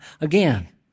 again